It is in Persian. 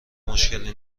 مشکلی